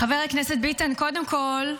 חבר הכנסת ביטן, קודם כול,